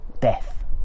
death